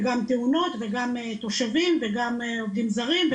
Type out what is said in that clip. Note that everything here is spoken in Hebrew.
וגם תאונות וגם תושבים וגם עובדים זרים,